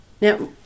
now